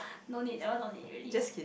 no need that one no need really